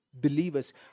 believers